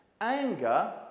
Anger